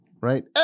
Right